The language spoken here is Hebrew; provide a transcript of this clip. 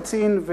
הקצין,